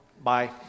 Bye